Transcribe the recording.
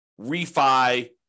refi